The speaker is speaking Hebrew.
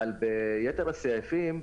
אבל ביתר הסעיפים,